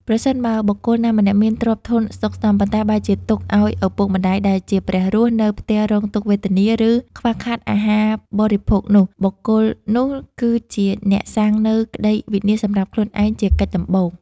ប្រសិនបើបុគ្គលណាម្នាក់មានទ្រព្យធនស្ដុកស្ដម្ភ ប៉ុន្តែបែរជាទុកឱ្យឪពុកម្ដាយដែលជា ព្រះរស់ នៅផ្ទះរងទុក្ខវេទនា ឬខ្វះខាតអាហារបរិភោគនោះ បុគ្គលនោះគឺជាអ្នកសាងនូវក្ដីវិនាសសម្រាប់ខ្លួនឯងជាកិច្ចដំបូង។